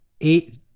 eight